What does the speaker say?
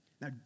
Now